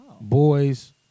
boys